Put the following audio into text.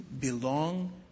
belong